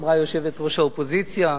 אמרה יושבת-ראש האופוזיציה,